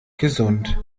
gesund